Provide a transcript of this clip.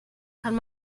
kann